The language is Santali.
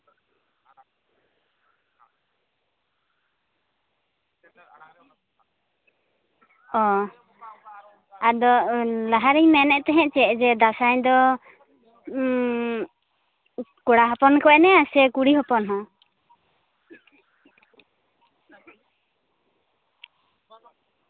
ᱚ ᱟᱫᱚ ᱞᱟᱦᱟᱨᱤᱧ ᱢᱮᱱᱮᱫ ᱛᱟᱦᱸᱫ ᱪᱮᱫ ᱡᱮ ᱫᱟᱸᱥᱟᱭ ᱫᱚ ᱠᱚᱲᱟ ᱦᱚᱯᱚᱱ ᱜᱮᱠᱚ ᱮᱱᱮᱡᱼᱟ ᱥᱮ ᱠᱩᱲᱤ ᱦᱚᱯᱚᱱ ᱦᱚᱸ